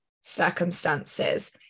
circumstances